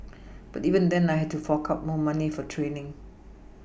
but even then I had to fork out more money for training